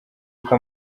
uko